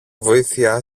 βοήθεια